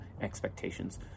expectations